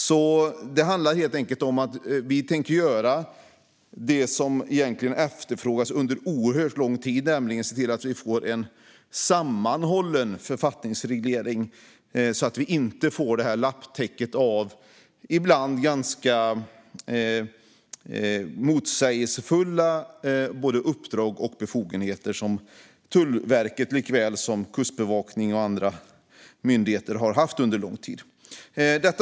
Vi tänker helt enkelt göra det som egentligen efterfrågats under oerhört lång tid: se till att vi får en sammanhållen författningsreglering, så att vi inte har det lapptäcke av ibland ganska motsägelsefulla uppdrag och befogenheter som Tullverket liksom Kustbevakningen och andra myndigheter haft under lång tid.